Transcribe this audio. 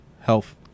health